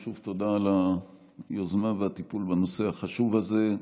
ושוב תודה על היוזמה והטיפול בנושא החשוב הזה.